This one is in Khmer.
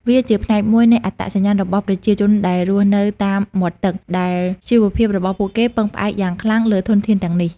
វាជាផ្នែកមួយនៃអត្តសញ្ញាណរបស់ប្រជាជនដែលរស់នៅតាមមាត់ទឹក ដែលជីវភាពរបស់ពួកគេពឹងផ្អែកយ៉ាងខ្លាំងលើធនធានទាំងនេះ។